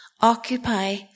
Occupy